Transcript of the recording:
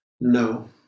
No